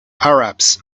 arabs